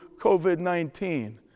COVID-19